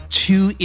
two